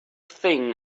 thing